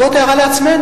זאת הערה לעצמנו.